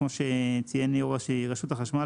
כמו שציין יושב-ראש רשות החשמל,